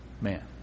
man